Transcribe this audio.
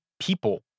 people